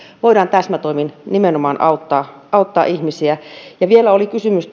voidaan täsmätoimin nimenomaan auttaa auttaa ihmisiä ja vielä oli kysymys